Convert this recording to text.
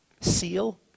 Seal